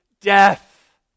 death